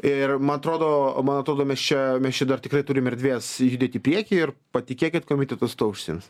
ir man atrodo man atrodo mes čia mes čia dar tikrai turime erdvės judėti į priekį ir patikėkit komitetas tuo užsiims